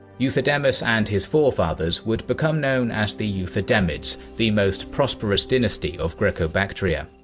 euthydemus and his forefathers would become known as the euthydemids, the most prosperous dynasty of greco-bactria.